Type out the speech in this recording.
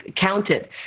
counted